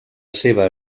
seva